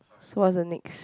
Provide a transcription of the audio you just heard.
so what's the next